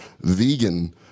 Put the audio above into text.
vegan